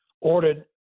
ordered